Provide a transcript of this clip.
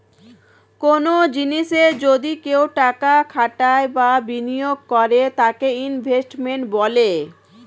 কনো জিনিসে যদি কেউ টাকা খাটায় বা বিনিয়োগ করে তাকে ইনভেস্টমেন্ট বলে